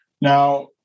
Now